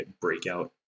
breakout